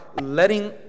letting